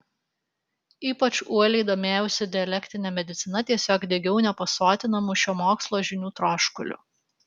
ypač uoliai domėjausi dialektine medicina tiesiog degiau nepasotinamu šio mokslo žinių troškuliu